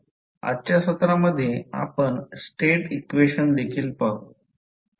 आजच्या सत्रामध्ये आपण स्टेट इक्वेशन देखील पाहू